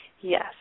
Yes